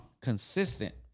consistent